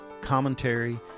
commentary